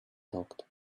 talked